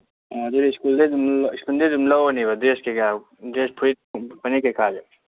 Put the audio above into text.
ꯑꯥ ꯑꯗꯨꯗꯤ ꯁ꯭ꯀꯨꯜꯗꯒꯤ ꯑꯗꯨꯝ ꯂꯧꯔꯅꯦꯕ ꯗ꯭ꯔꯦꯁ ꯀꯩꯀꯥ ꯗ꯭ꯔꯦꯁ ꯐꯨꯔꯤꯠ ꯐꯅꯦꯛ ꯀꯩꯀꯥꯁꯦ